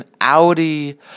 Audi